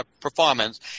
performance